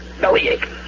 bellyache